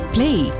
Play